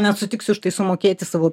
net sutiksiu už tai sumokėti savo